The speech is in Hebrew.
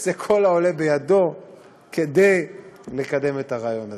יעשה את כל שבידו כדי לקדם את הרעיון הזה.